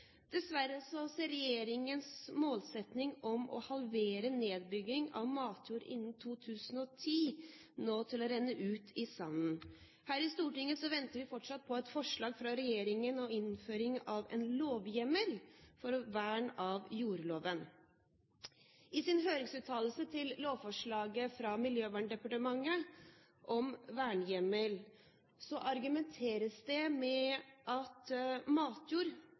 Dessverre ser regjeringens målsetting om å halvere nedbyggingen av matjord innen 2010 nå ut til å renne ut i sanden. Her i Stortinget venter vi fortsatt på et forslag fra regjeringen om en innføring av en vernehjemmel i jordloven. I Miljøverndepartementets høringsuttalelse til lovforslaget om vernehjemmel argumenteres det med at matjord